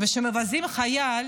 כשמבזים חייל